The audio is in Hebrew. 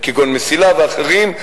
כגון מסיל"ה ואחרים,